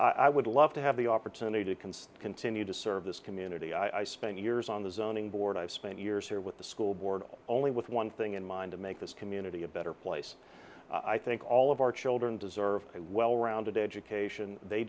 i would love to have the opportunity to conserve continue to serve this community i spent years on the zoning board i've spent years here with the school board only with one thing in mind to make this community a better place i think all of our children deserve a well rounded education they